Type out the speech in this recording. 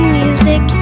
music